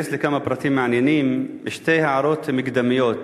שאכנס לכמה פרטים מעניינים, שתי הערות מקדמיות: